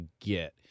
get